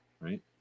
right